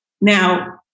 Now